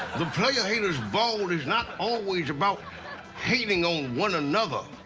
the player haters ball is not always about hating on one another.